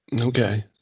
Okay